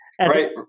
right